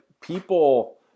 people